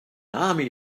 army